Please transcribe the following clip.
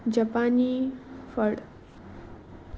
जपानी फर्ड